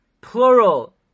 plural